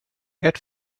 get